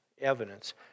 Evidence